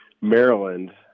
Maryland